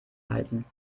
halten